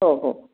हो हो